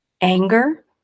Anger